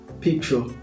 picture